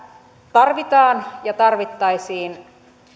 tarvitaan ja tarvittaisiin